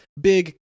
big